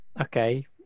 Okay